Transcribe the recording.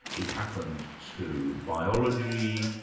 it happened to biology,